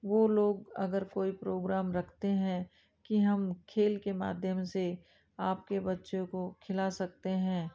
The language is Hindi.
वो लोग अगर फोई प्रोग्राम रखते हैं कि हम खेल के माध्यम से आपके बच्चों को खिला सकते हैं